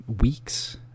Weeks